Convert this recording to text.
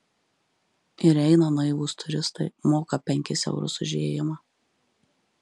ir eina naivūs turistai moka penkis eurus už įėjimą